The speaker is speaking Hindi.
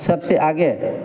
सबसे आगे है